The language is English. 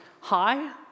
Hi